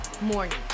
morning